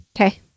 Okay